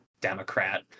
Democrat